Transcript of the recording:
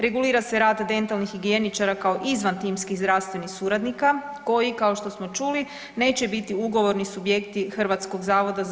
Regulira se rad dentalnih higijeničara kao izvantimskih zdravstvenih suradnika koji kao što smo čuli neće biti ugovorni subjekti HZZO-a.